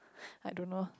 I don't know